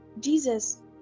jesus